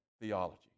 theology